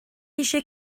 eisiau